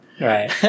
Right